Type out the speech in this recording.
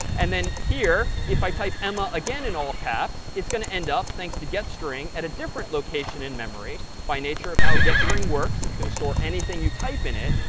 and then here, if i type emma again in all caps, it's going to end up thanks to getstring, at a different location in memory. by nature of how getstring works, it's going to store anything you type in it.